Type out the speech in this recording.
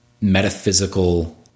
metaphysical